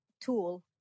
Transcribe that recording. tool